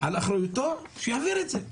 על אחריותו, שיעביר את זה.